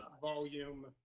volume